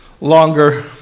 longer